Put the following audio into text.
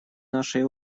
нашей